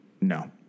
No